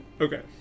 Okay